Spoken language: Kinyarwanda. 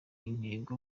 intego